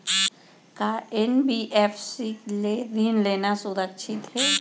का एन.बी.एफ.सी ले ऋण लेना सुरक्षित हे?